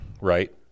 right